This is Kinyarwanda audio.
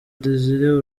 desire